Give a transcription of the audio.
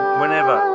whenever